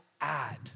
add